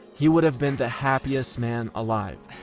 he would have been the happiest man alive.